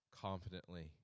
confidently